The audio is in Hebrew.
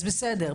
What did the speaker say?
אז בסדר,